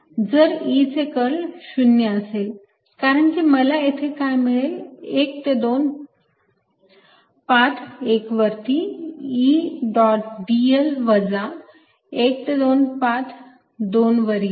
जर E चे curl 0 असेल कारण की मला येथे काय मिळेल 1 ते 2 पाथ 1 वरती E डॉट dl वजा 1 ते 2 पाथ 2 वरील